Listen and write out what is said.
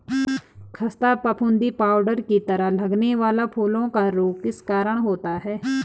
खस्ता फफूंदी पाउडर की तरह लगने वाला फूलों का रोग किस कारण होता है?